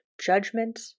Judgment